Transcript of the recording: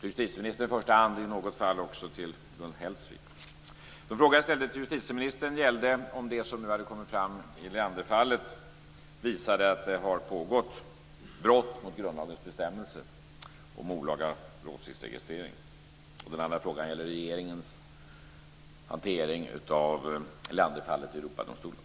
till justitieministern i första hand och i något fall till Gun Hellsvik. De frågor jag ställde till justitieministern gällde om det som nu kommit fram i Leanderfallet visar att det har pågått brott mot grundlagens bestämmelse om olaga åsiktsregistrering. Den andra frågan gällde regeringens hantering av Leanderfallet i Europadomstolen.